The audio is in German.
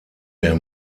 der